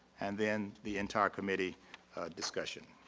and then the entire committee discussion.